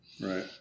right